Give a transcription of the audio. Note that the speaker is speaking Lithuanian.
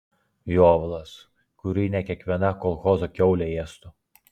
jovalas kurį ne kiekviena kolchozo kiaulė ėstų